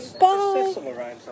Bye